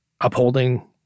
upholding